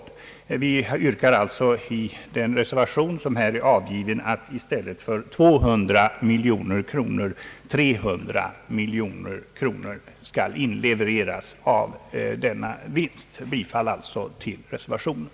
Vårt yrkande i den avgivna reservationen är att i stället för 200 miljoner kronor 300 miljoner kronor skall inlevereras av denna vinst. Vi yrkar alltså bifall till reservationen.